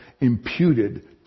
imputed